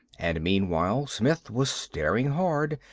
and meanwhile smith was staring hard,